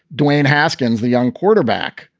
dwayne haskins, the young quarterback,